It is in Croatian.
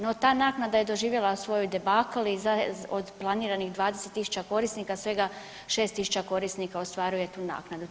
No ta naknada je doživjela svoj debakl i od planiranih 20.000 korisnika svega 6.000 korisnika ostvaruje tu naknadu.